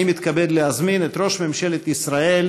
אני מתכבד להזמין את ראש ממשלת ישראל